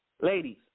ladies